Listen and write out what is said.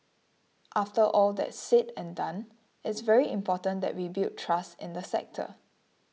after all that's said and done it's very important that we build trust in the sector